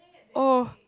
oh